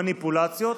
מניפולציות,